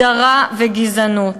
הדרה וגזענות.